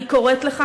אני קוראת לך,